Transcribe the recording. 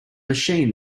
machine